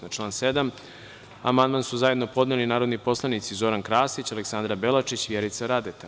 Na član 7. amandman su zajedno podneli narodni poslanici Zoran Krasić, Aleksandra Belačić i Vjerica Radeta.